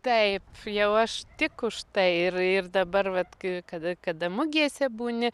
taip jau aš tik už tai ir ir dabar vat kai kada kada mugėse būni